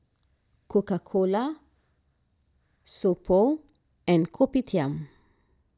Coca Cola So Pho and Kopitiam